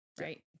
right